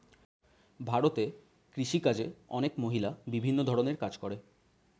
ভারতে কৃষিকাজে অনেক মহিলা বিভিন্ন ধরণের কাজ করে